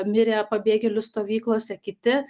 mirė pabėgėlių stovyklose kiti